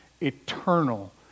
eternal